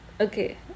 okay